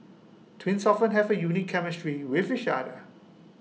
twins often have A unique chemistry with each other